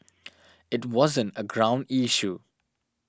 it wasn't a ground issue